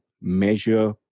measure